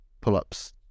pull-ups